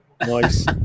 Nice